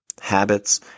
habits